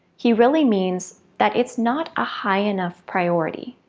he really means that it's not a high enough priority.